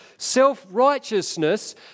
Self-righteousness